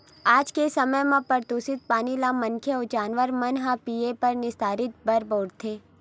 आज के समे म परदूसित पानी ल मनखे अउ जानवर मन ह पीए बर, निस्तारी बर बउरथे